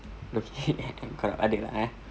low-key kalau ada ah eh